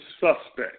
suspect